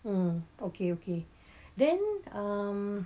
mm okay okay then um